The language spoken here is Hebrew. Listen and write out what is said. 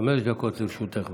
חמש דקות לרשותך.